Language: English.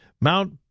Mount